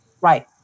Right